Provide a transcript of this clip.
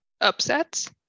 upsets